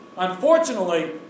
Unfortunately